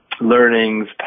learnings